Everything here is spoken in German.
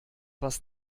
was